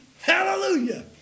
Hallelujah